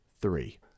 three